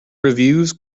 reviews